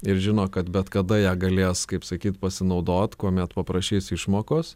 ir žino kad bet kada ją galės kaip sakyt pasinaudot kuomet paprašys išmokos